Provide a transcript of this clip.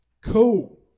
cool